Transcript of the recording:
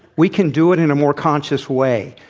we can do it in a more conscious way.